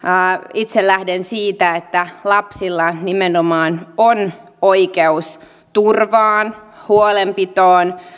itse lähden siitä että lapsilla nimenomaan on oikeus turvaan huolenpitoon